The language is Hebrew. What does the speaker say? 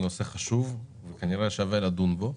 הוא נושא חשוב שכנראה שווה לדון בו,